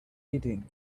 eating